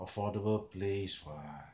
affordable place [what]